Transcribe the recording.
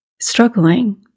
struggling